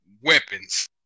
weapons